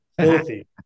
Filthy